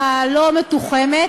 ולא מתוחמת,